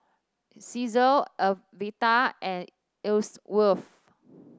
Caesar Alverta and Ellsworth